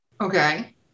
Okay